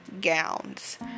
gowns